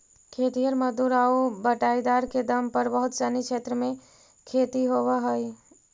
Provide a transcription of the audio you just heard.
खेतिहर मजदूर आउ बटाईदार के दम पर बहुत सनी क्षेत्र में खेती होवऽ हइ